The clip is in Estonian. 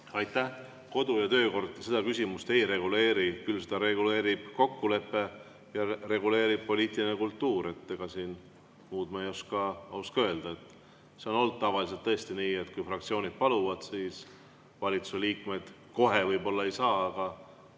Aitäh! Kodu- ja töökord seda küsimust ei reguleeri. Küll reguleerib seda kokkulepe ja reguleerib poliitiline kultuur. Ega ma siin muud ei oska öelda. See on olnud tavaliselt tõesti nii, et kui fraktsioonid paluvad tulla, siis valitsuse liikmed kohe võib-olla ei saa, aga